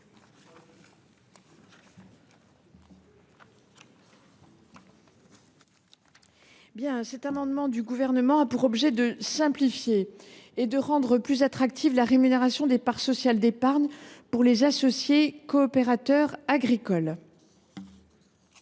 845. Cet amendement du Gouvernement a pour objet de simplifier et de rendre plus attractive la rémunération des parts sociales d’épargne pour les associés coopérateurs agricoles.